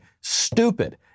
stupid